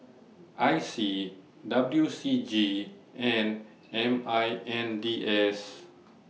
I C W C G and M I N D S